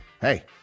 Hey